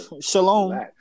Shalom